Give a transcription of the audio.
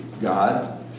God